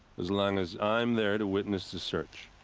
as long as i'm there to witness the search.